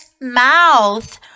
mouth